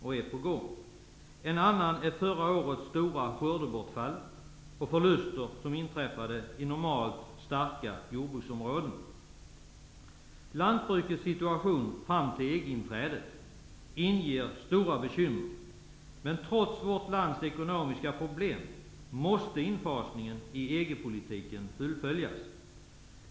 En annan orsak är förra årets stora skördebortfall och förluster som uppkom i normalt starka jordbruksområden. Lantbrukets situation fram till EG-inträdet inger stora bekymmer. Men trots vårt lands ekonomiska problem måste infasningen i EG politiken fullföljas.